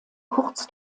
kurz